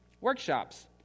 Workshops